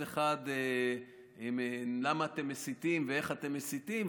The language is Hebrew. אחד: למה אתם מסיתים ואיך אתם מסיתים,